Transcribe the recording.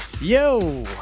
Yo